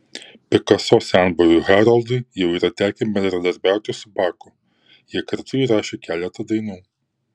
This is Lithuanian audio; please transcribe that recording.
pikaso senbuviui haroldui jau yra tekę bendradarbiauti su baku jie kartu įrašė keletą dainų